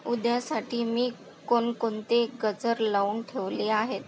उद्यासाठी मी कोणकोणते गजर लावून ठेवले आहेत